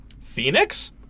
Phoenix